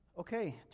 Okay